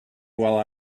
while